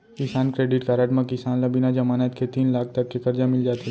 किसान credit card म किसान ल बिना जमानत के तीन लाख तक के करजा मिल जाथे